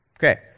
Okay